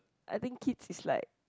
I think kids it's like